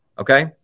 Okay